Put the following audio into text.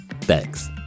thanks